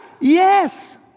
yes